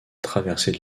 traversée